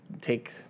take